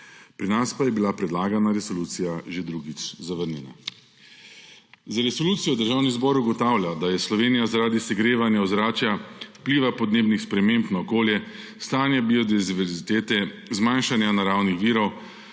pri nas pa je bila predlagana resolucija že drugič zavrnjena. Za resolucijo Državni zbor ugotavlja, da je Slovenija zaradi segrevanja ozračja, vpliva podnebnih sprememb na okolje, stanje biodiverzitete, zmanjšanja naravnih virov,